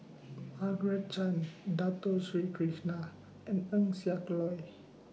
Margaret Chan Dato Sri Krishna and Eng Siak Loy